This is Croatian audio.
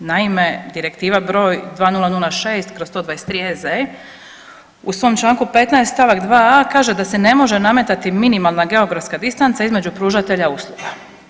Naime, Direktiva broj 2006/123 EZ u svom članku 15. stavak 2a kaže da se ne može nametati minimalna geografska distanca između pružatelja usluga.